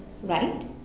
right